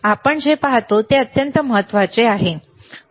आपण जे पाहतो ते अत्यंत महत्वाचे आहे ठीक आहे